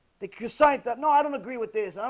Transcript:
they could cite that no i don't agree with this. um